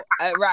right